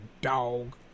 dog